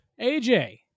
AJ